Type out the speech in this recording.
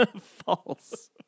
False